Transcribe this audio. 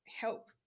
help